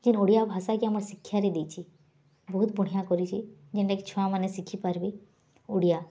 ଯେନ୍ ଓଡ଼ିଆ ଭାଷାକେ ଆମର୍ ଶିକ୍ଷାରେ ଦେଇଛି ବହୁତ୍ ବଢ଼ିଆ କରିଛି ଯେନ୍ଟା କି ଛୁଆମାନେ ଶିଖିପାରିବେ ଓଡ଼ିଆ